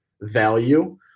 value